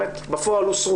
כמה תכנים באמת בפועל הוסרו.